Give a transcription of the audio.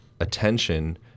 attention